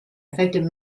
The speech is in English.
effective